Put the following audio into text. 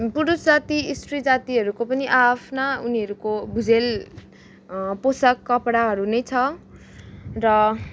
पुरुष जाति स त्री जातिहरूको पनि आ आफ्ना उनीहरूको भुजेल पोसाक कपडाहरू नै छ र